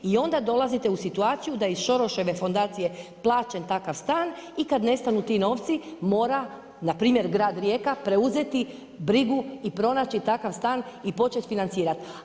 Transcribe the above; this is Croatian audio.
I onda dolazite u situaciju da iz Soroševe fondacije plaćen takav stan i kad nestanu ti novci mora na primjer grad Rijeka preuzeti brigu i pronaći takav stan i počet financirati.